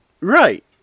Right